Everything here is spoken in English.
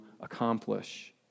accomplish